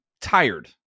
tired